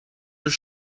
your